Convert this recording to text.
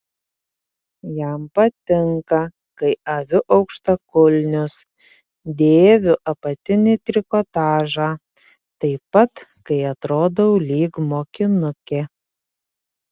jam patinka kai aviu aukštakulnius dėviu apatinį trikotažą taip pat kai atrodau lyg mokinukė